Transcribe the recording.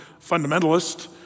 fundamentalist